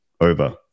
over